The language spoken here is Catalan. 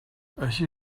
així